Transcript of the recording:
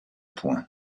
point